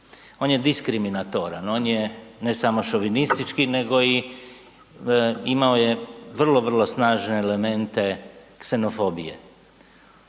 On je diskriminatoran, on je, ne samo šovinistički nego i, imao je vrlo, vrlo snažne elemente ksenofobije.